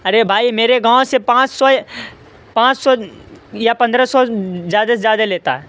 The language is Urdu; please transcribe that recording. ارے بھائی میرے گاؤں سے پانچ سو پانچ سو یا پندرہ سو زیادہ سے زیادہ لیتا ہے